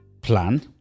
plan